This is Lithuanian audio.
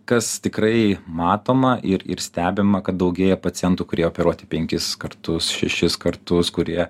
kas tikrai matoma ir ir stebima kad daugėja pacientų kurie operuoti penkis kartus šešis kartus kurie